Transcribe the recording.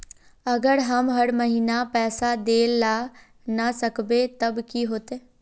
अगर हम हर महीना पैसा देल ला न सकवे तब की होते?